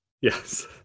yes